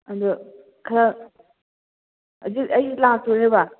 ꯑꯗꯨ ꯈꯔ ꯍꯧꯖꯤꯛ ꯑꯩ ꯂꯥꯛꯇꯣꯔꯦꯕ